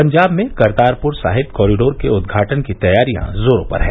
पंजाब में करतारपुर साहिब कॉरिडोर के उद्घाटन की तैयारियां जोरों पर है